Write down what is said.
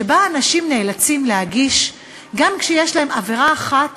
שבה אנשים נאלצים להגיש גם כשיש להם עבירה אחת